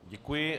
Děkuji.